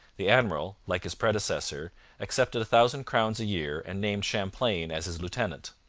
the admiral, like his predecessor, accepted a thousand crowns a year and named champlain as his lieutenant.